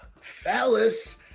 phallus